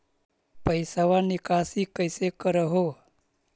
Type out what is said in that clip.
पैसवा निकासी कैसे कर हो?